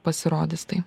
pasirodys tai